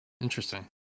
Interesting